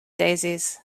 daisies